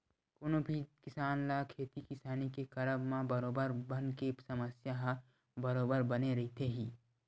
कोनो भी किसान ल खेती किसानी के करब म बरोबर बन के समस्या ह बरोबर बने रहिथे ही